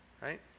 Right